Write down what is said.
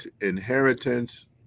inheritance